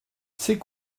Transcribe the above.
c’est